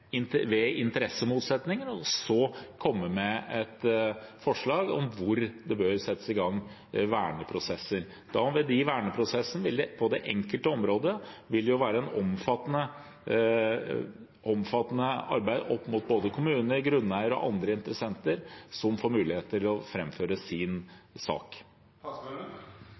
et forslag om hvor det bør settes i gang verneprosesser. I verneprosessen på det enkelte område vil det være et omfattende arbeid opp mot både kommuner, grunneiere og andre interessenter, som får mulighet til å framføre sin